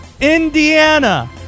Indiana